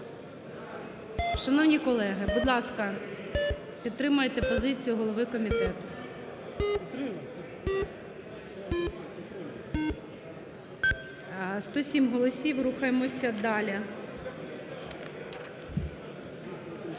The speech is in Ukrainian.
Шановні колеги, будь ласка, підтримайте позицію голови комітету. 13:08:05 За-107 Рухаємося далі: